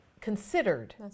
considered